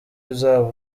uzaba